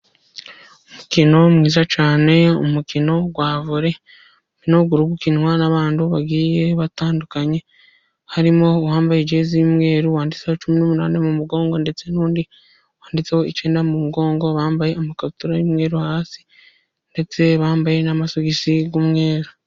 Umukino mwiza cyane umukino wa vore umukino uri gukinwa n'abantu bagiye batandukanye, harimo uwambaye ijezi y'umweru wanditseho cumi n'umunani mu mugongo, ndetse n'undi wanditseho icyenda mu mugongo, bambaye amakabutura y'umweru hasi ndetse bambaye n'amasogisi y'umweru.